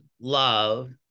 love